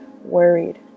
worried